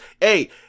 Hey